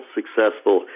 successful